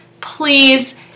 please